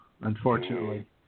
unfortunately